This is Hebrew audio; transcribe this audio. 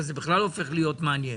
זה בכלל הופך להיות מעניין.